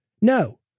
No